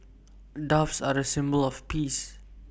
doves are A symbol of peace